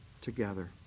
together